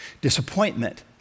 Disappointment